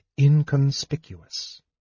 inconspicuous